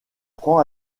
prend